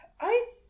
I-